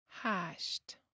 hashed